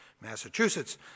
Massachusetts